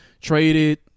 traded